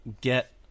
get